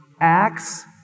Acts